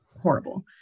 horrible